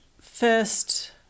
first